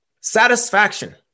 Satisfaction